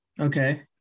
Okay